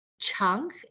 chunk